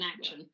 action